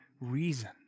reason